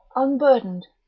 unburdened,